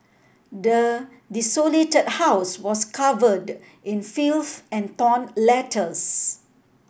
the desolated house was covered in filth and torn letters